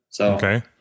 Okay